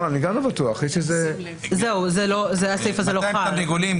200 תרנגולים,